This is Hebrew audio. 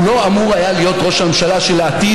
הוא לא אמור היה להיות ראש הממשלה של העתיד,